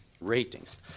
ratings